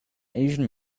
asian